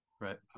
right